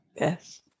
Yes